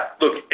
Look